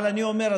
אבל אני אומר,